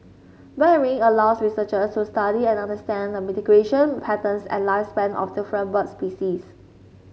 bird ringing allows researchers to study and understand the patterns and lifespan of different bird species